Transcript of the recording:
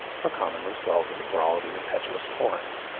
are commonly swelled into broad and impetuous torrents.